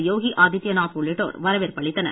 யோகி Adityanath உள்ளிட்டோர் வரவேற்பு அளித்தனர்